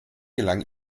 gelang